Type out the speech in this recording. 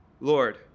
Lord